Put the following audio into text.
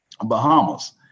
Bahamas